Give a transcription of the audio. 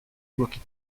rookie